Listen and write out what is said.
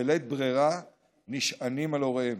ובלית ברירה נשענים על הוריהם.